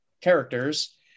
characters